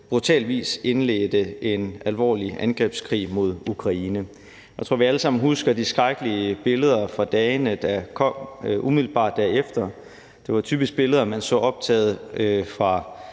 brutal vis indledte en alvorlig angrebskrig mod Ukraine. Jeg tror, at vi alle sammen husker de skrækkelige billeder fra dagene, der kom umiddelbart derefter. Det var typisk billeder, man så optaget på